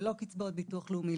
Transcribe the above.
ללא קצבאות ביטוח לאומי,